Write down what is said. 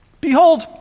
Behold